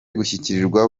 gushyirwa